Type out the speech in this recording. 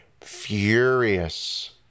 furious